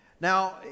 Now